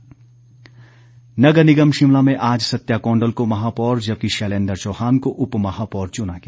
भेंट नगर निगम शिमला में आज सत्या काँडल को महापौर जबकि शैलेन्द्र चौहान को उप महापौर चुना गया